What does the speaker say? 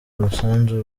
umusanzu